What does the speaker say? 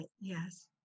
yes